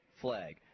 flag